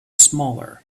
smaller